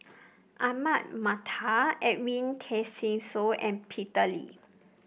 Ahmad Mattar Edwin Tessensohn and Peter Lee